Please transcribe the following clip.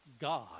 God